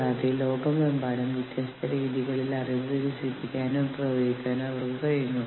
കൂടാതെ യൂണിയൻ രൂപീകരിച്ചാൽ എന്ത് സംഭവിക്കുമെന്ന് ആളുകൾ ആശ്ചര്യപ്പെടുന്നു